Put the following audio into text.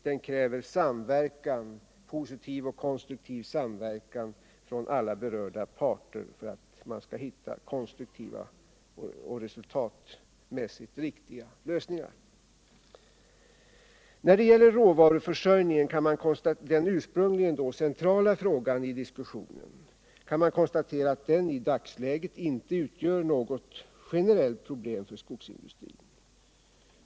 Den kräver en positiv och konstruktiv samverkan mellan alla berörda parter för att man skall kunna hitta resultatmässigt riktiga lösningar. När det gäller råvaruförsörjningen — den ursprungliga och centrala frågan i diskussionen — kan man konstatera att den i dagsläget inte utgör något generellt problem för skogsindustrin.